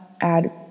add